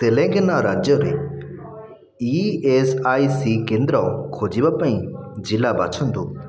ତେଲେଙ୍ଗାନା ରାଜ୍ୟରେ E S I C କେନ୍ଦ୍ର ଖୋଜିବା ପାଇଁ ଜିଲ୍ଲା ବାଛନ୍ତୁ